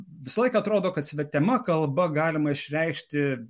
visąlaik atrodo kad svetima kalba galima išreikšti